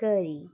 करी